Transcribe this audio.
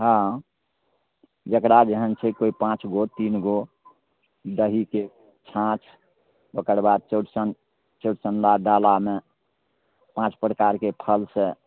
हाँ जकरा जेहन छै कोइ पाँच गो तीन गो दहीके छाँछ ओकर बाद चौरचन चौरचन्दा डालामे पाँच प्रकारके फलसे